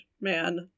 man